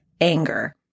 anger